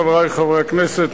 חברי חברי הכנסת,